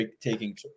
taking